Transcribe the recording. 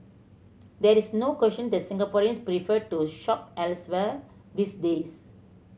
there is no question that Singaporeans prefer to shop elsewhere these days